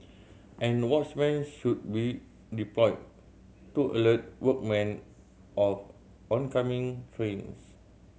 and watchmen should be deployed to alert workmen of oncoming trains